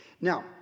Now